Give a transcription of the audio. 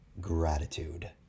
gratitude